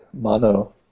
mono